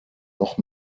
noch